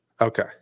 Okay